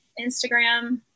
Instagram